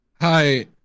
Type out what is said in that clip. Hi